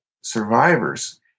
survivors